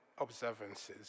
observances